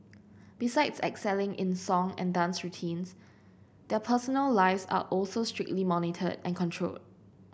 besides excelling in song and dance routines their personal lives are also strictly monitored and controlled